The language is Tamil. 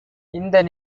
இந்த